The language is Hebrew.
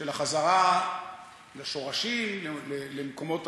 של החזרה לשורשים, למקומות